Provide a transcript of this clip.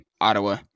Ottawa